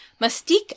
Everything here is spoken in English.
Mystique